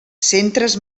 centres